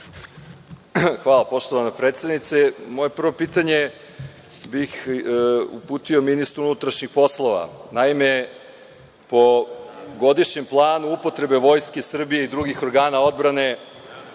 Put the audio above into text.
Hvala, poštovana predsednice. Moje prvo pitanje bih uputio ministru unutrašnjih poslova. Naime, po godišnjem planu upotrebe Vojske Srbije i drugih snaga odbrane